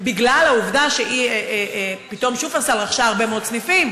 בגלל העובדה ש"שופרסל" רכשה פתאום הרבה מאוד סניפים.